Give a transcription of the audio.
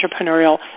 entrepreneurial